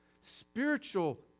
Spiritual